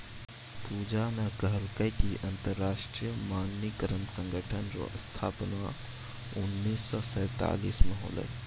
पूजा न कहलकै कि अन्तर्राष्ट्रीय मानकीकरण संगठन रो स्थापना उन्नीस सौ सैंतालीस म होलै